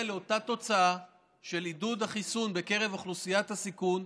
לאותה תוצאה של עידוד החיסון בקרב אוכלוסיית הסיכון.